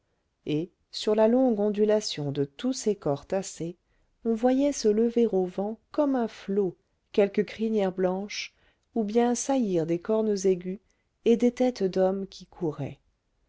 et sur la longue ondulation de tous ces corps tassés on voyait se lever au vent comme un flot quelque crinière blanche ou bien saillir des cornes aiguës et des têtes d'hommes qui couraient